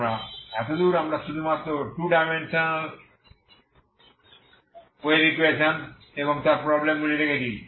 আমরা এতদূর আমরা শুধুমাত্র 2 ডাইমেনশনাল 1 ডাইমেনশনাল ওয়েভ ইকুয়েশন এবং তার প্রবলেম গুলি দেখেছি